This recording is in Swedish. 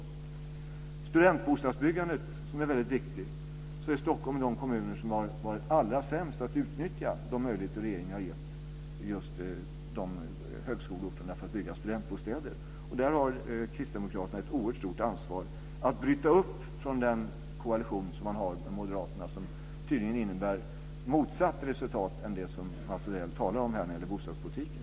När det gäller studentbostadsbyggandet, som är väldigt viktigt, hör Stockholm till de kommuner som har varit allra sämst på att utnyttja de möjligheter regeringen har gett till högskoleorterna för att bygga studentbostäder. Här har Kristdemokraterna ett oerhört stort ansvar att bryta upp från den koalition man har med Moderaterna, som tydligen innebär motsatt resultat mot det som Mats Odell talar om här när det gäller bostadspolitiken.